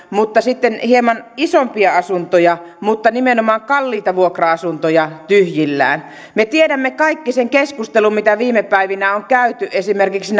mutta sitten hieman isompia asuntoja tyhjänä nimenomaan kalliita vuokra asuntoja tyhjillään me tiedämme kaikki sen keskustelun mitä viime päivinä on käyty esimerkiksi